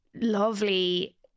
Lovely